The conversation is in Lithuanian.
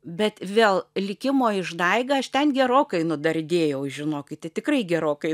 bet vėl likimo išdaiga aš ten gerokai nudardėjau žinokite tikrai gerokai